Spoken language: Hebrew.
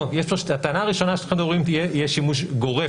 הטענה הראשונה שאתם אומרים שיהיה שימוש גורף